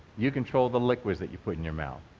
you control the liquids that you put in your mouth,